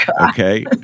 Okay